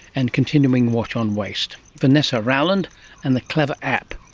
and continuing watch on waste. vanessa rauland and the clever app.